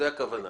זו הכוונה.